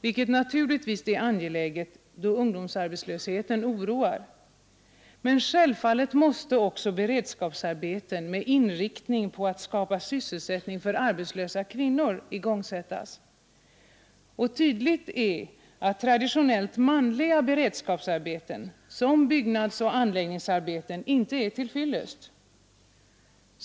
vilket naturligtvis är angeläget då ungdomsarbetslösheten oroar. Men självfallet måste också beredskapsarbeten med inriktning på att skapa sysselsättning för arbetslösa kvinnor igångsättas. Och tydligt är att traditionellt manliga beredskapsarbeten som byggnadsoch anläggningsarbeten inte är till fyllest.